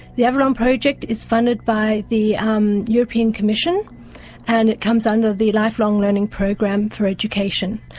the avalon project is funded by the um european commission and it comes under the lifelong learning program for education.